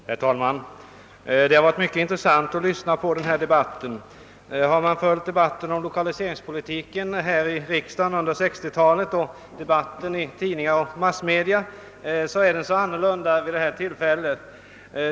Herr talman! Det har varit mycket intressant att lyssna på denna debatt. Har man följt diskussionen om lokaliseringspolitiken under 1960-talet här i riksdagen liksom i tidningar och övriga massmedia, märker man att den är så annorlunda vid detta tillfälle.